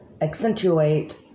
accentuate